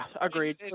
agreed